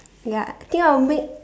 ya think I'll make